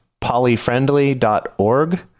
polyfriendly.org